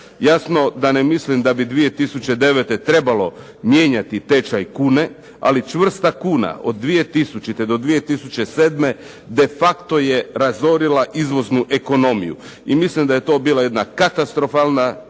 Jasno da ne mislim da bi 2009. trebalo mijenjati tečaj kune, ali čvrsta kuna od 2000. do 2007. de facto je razorila izvoznu ekonomiju. I mislim da je to bila jedna katastrofalna